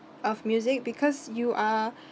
of music because you are